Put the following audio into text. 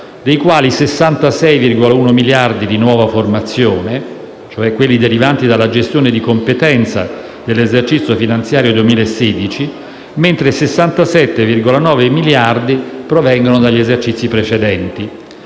dei quali 66,1 miliardi di nuova formazione, cioè derivanti dalla gestione di competenza dell'esercizio finanziario 2016, mentre 67,9 miliardi provengono dagli esercizi precedenti.